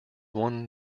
one